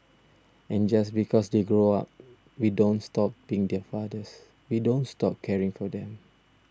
and just because they grow up we don't stop being their fathers we don't stop caring for them